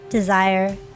desire